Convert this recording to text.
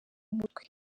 mutwe